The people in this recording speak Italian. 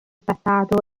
passato